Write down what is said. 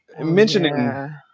mentioning